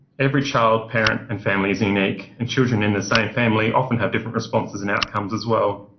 every child, parent and family is unique, and children in the same family often have different responses and outcomes as well.